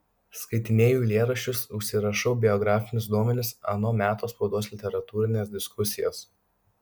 skaitinėju eilėraščius užsirašau biografinius duomenis ano meto spaudos literatūrines diskusijas